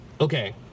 okay